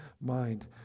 mind